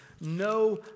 no